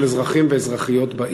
של אזרחים ואזרחיות בה,